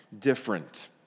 different